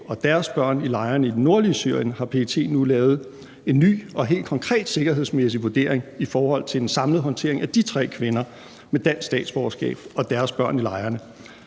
og deres børn i lejrene i det nordlige Syrien har PET nu lavet en ny og helt konkret sikkerhedsmæssig vurdering i forhold til den samlede håndtering af de tre kvinder med dansk statsborgerskab og deres børn i lejrene.